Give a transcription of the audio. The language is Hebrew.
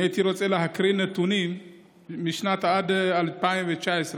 אני הייתי רוצה להקריא נתונים עד שנת 2019,